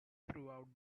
throughout